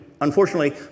unfortunately